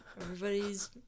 everybody's